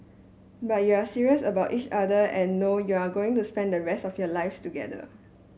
but you're serious about each other and know you're going to spend the rest of your live together